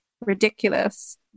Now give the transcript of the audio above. ridiculous